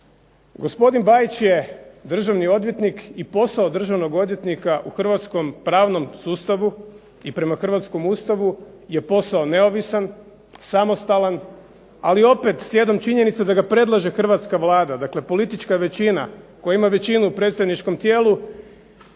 Gospodin Bajić je državni odvjetnik i posao državnog odvjetnika u Hrvatskom pravnom sustavu i prema Hrvatskom Ustavu je posao neovisan, samostalan, ali opet slijedom činjenica da ga predlaže Hrvatska vlada, dakle politička većina koja ima većinu u predstavničkom tijelu,